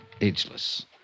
ageless